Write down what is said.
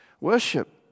Worship